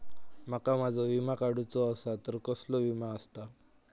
माका माझो विमा काडुचो असा तर कसलो विमा आस्ता?